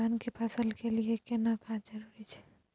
धान के फसल के लिये केना खाद जरूरी छै?